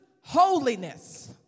holiness